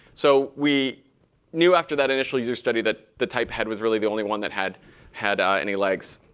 so we knew after that initial user study that the type ahead was really the only one that had had any legs.